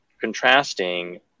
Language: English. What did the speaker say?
contrasting